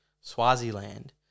Swaziland